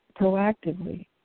proactively